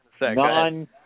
non-